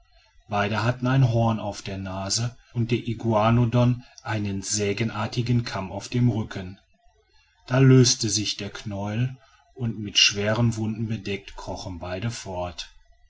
beide hatten ein horn auf der nase und der iguanodon einen sägenartigen kamm auf dem rücken da löste sich der knäuel und mit schweren wunden bedeckt krochen beide fort